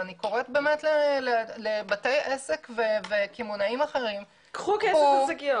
ואני קוראת לבתי עסק וקמעונאים אחרים: קחו כסף על שקיות.